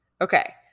Okay